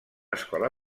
escola